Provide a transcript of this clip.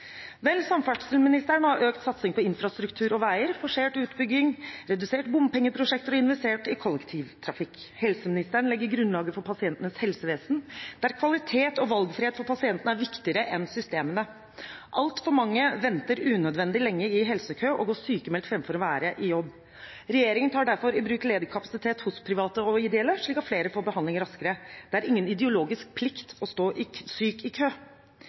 Vel, samferdselsministeren har økt satsing på infrastruktur og veier, forsert utbygging, redusert bompengeprosjekter og investert i kollektivtrafikk. Helseministeren legger grunnlaget for pasientenes helsevesen, der kvalitet og valgfrihet for pasientene er viktigere enn systemene. Altfor mange venter unødvendig lenge i helsekø og går sykmeldt framfor å være i jobb. Regjeringen tar derfor i bruk ledig kapasitet hos private og ideelle, slik at flere får behandling raskere. Det er ingen ideologisk plikt å stå syk i kø.